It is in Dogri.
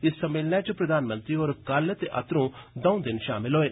इस सम्मेलनै च प्रधानमंत्री होर कल ते अतरूं दऊं दिन शामल होए